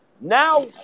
Now